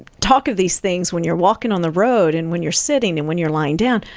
talk of these things when you're walking on the road, and when you're sitting, and when you're laying down,